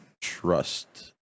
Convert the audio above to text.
trust